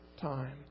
time